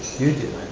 you do?